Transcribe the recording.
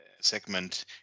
segment